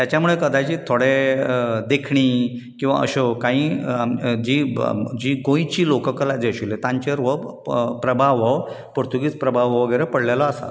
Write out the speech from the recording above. त्याच्या मूळे कदाचीत थोडे देखणी किंवां अश्यो काही आम् जी जी गोंयची लोककला आशिल्ल्यो तांचेर हो प्रभाव हो पुर्तूगीज प्रभाव वगैरा पडलेलो आसा